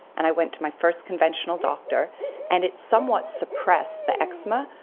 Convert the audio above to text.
and i went to my first conventional doctor and it somewhat suppressed the eczema,